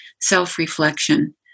self-reflection